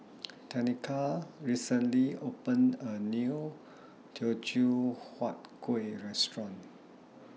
Tenika recently opened A New Teochew Huat Kuih Restaurant